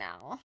now